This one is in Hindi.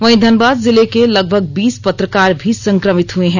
वहीं धनबाद जिले के लगभग बीस पत्रकार भी संक्रमित हुए हैं